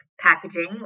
packaging